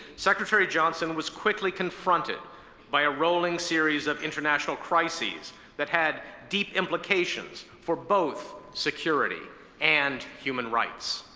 secretary johnson was quickly confronted by a rolling series of international crises that had deep implications for both security and human rights.